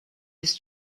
his